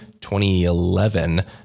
2011